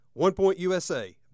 OnePointUSA